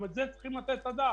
גם על זה צריכים לתת את הדעת.